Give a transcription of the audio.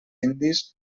indis